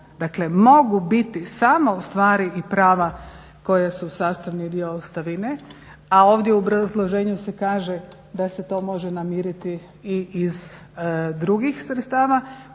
dakle mogu biti samo stvari i prava koja su sastavni dio ostavine. A ovdje u obrazloženju se kaže da se to može namiriti i iz drugih sredstava.